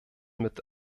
mit